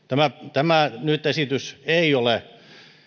tämä esitys ei ole